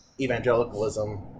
evangelicalism